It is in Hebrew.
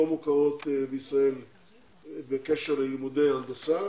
לא מוכרים בישראל בקשר ללימודי הנדסה